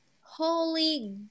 Holy